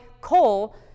coal